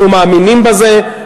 אנחנו מאמינים בזה,